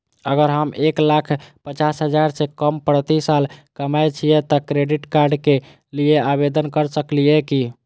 अगर हम एक लाख पचास हजार से कम प्रति साल कमाय छियै त क्रेडिट कार्ड के लिये आवेदन कर सकलियै की?